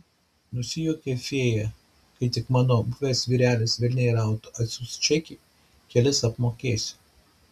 nusijuokė fėja kai tik mano buvęs vyrelis velniai rautų atsiųs čekį kelis apmokėsiu